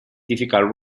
difficult